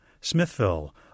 Smithville